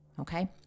Okay